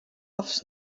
aufs